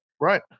right